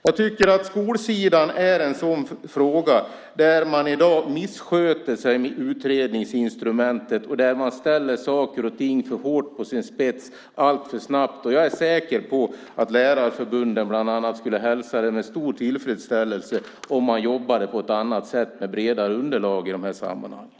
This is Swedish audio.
Jag tycker att skolsidan är en sådan fråga där man i dag missköter sig med utredningsinstrumentet och där man ställer saker och ting för hårt på sin spets alltför snabbt. Jag är säker på att lärarförbunden bland annat skulle hälsa det med stor tillfredsställelse om man jobbade på ett annat sätt med bredare underlag i de här sammanhangen.